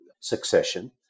succession